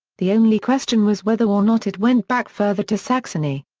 the only question was whether or not it went back further to saxony.